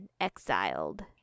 exiled